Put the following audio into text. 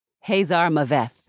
Hazar-Maveth